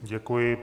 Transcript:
Děkuji.